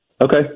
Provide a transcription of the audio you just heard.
Okay